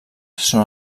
són